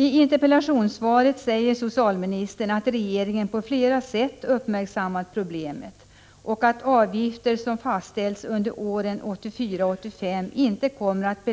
I interpellationssvaret säger socialministern att regeringen på flera sätt uppmärksammat problemet och att avgifter som fastställts under åren 1984 och 1985 inte kommer att